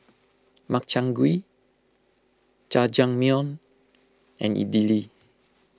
Makchang Gui Jajangmyeon and Idili